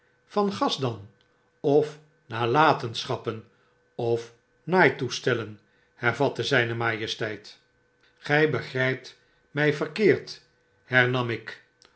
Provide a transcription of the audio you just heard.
van gas dan ofnalatenschappen ofnaaitoestellen hervatte zyn majesteit gy begrijpt mii verkeerd hernam ik